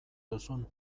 duzun